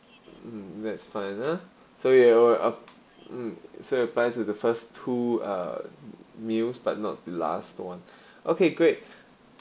mm that's fine ah so you are o~ ap~ mm so it applies to the first two uh meals but not the last one okay great